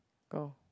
go